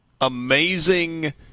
amazing